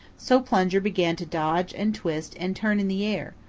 so plunger began to dodge and twist and turn in the air,